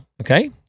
Okay